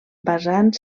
basant